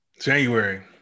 January